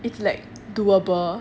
it's like doable